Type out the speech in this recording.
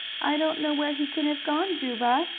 i don't know where he can have gone, juba.